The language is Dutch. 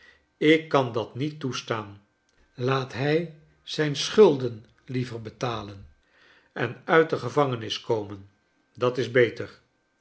ik kan dat niet toestaan laat hij zijn schulden liever betalen en uit de gevangenis komen dat is beter